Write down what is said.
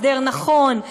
הסדר נכון,